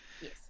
Yes